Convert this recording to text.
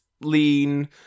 lean